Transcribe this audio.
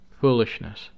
foolishness